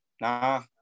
nah